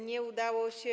Nie udało się.